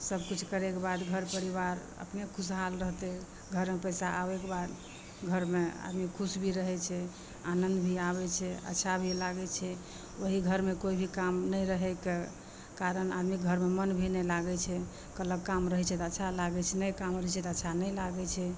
सब किछु करयके बाद घर परिवार अपने खुशहाल रहतै घरमे पैसा आबैके बाद घरमे आदमी खुश भी रहय छै आनन्द भी आबै छै अच्छा भी लागै छै ओही घरमे कोइ भी काम नहि रहयके कारण आदमीके घरमे मन भी नहि लागै छै कहलक काम रहै छै तऽ अच्छा लागै छै नहि काम रहै छै तऽ अच्छा नहि लागै छै